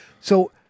So-